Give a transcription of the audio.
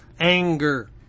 anger